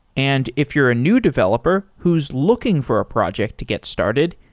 and if you're a new developer who's looking for a project to get started,